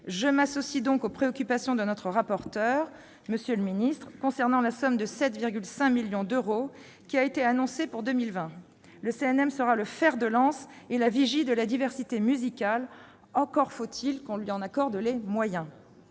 je m'associe aux préoccupations exprimées par notre rapporteur concernant la somme de 7,5 millions d'euros qui a été annoncée pour 2020. Le CNM sera le fer de lance et la vigie de la diversité musicale. Encore faut-il qu'on lui en accorde les moyens